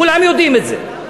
כולם יודעים את זה.